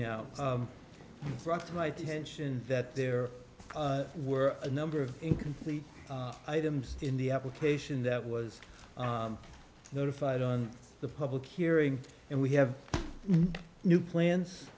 tension that there were a number of incomplete items in the application that was notified on the public hearing and we have new plans